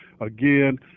again